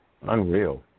Unreal